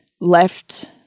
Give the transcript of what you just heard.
left